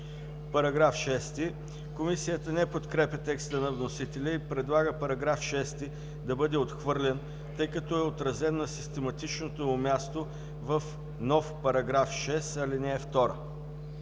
Параграф 6. Комисията не подкрепя текста на вносителя и предлага § 6 да бъде отхвърлен, тъй като е отразен на систематичното му място в нов § 6, ал. 2.